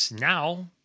Now